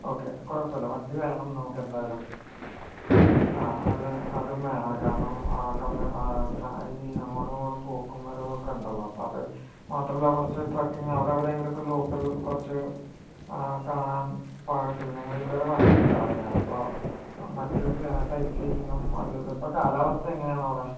okay കുഴപ്പമില്ല വണ്ടി വേണം നമ്മൾക്ക് എന്തായാലും ആ അതും വേണം കാരണം ആ അങ്ങോട്ടും ഇങ്ങോട്ടും പോക്കും വരവൊക്ക ഉണ്ടല്ലോ അപ്പം അത് മാത്രമല്ല കുറച്ചു ട്രെക്കിങ്ങ് അവിടെ ഇവിടെയെങ്കിലുമൊക്കെ ലോക്കൽ കുറച്ചു കാണാൻ പാകത്തിന് ഞങ്ങൾ ഇതുവരെ വന്നട്ടില്ല വയനാട് അപ്പം ആ അത് ഇതിപ്പം കാലാവസ്ഥ എങ്ങനെയാണ് അവിടെ